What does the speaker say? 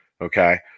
okay